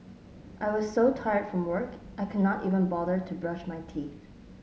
I was so tired from work I can not even bother to brush my teeth